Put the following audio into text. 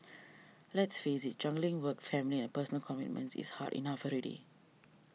let's face it juggling work family and personal commitments it's hard enough already